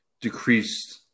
decreased